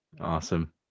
awesome